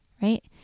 right